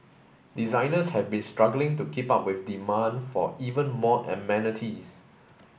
designers have been struggling to keep up with demand for even more amenities